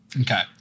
Okay